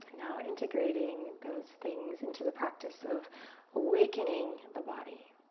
now integrating those things into the practice of awakening the body,